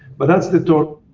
but that's the